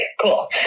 cool